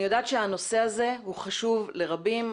אני יודעת שהנושא הזה הוא חשוב לרבים.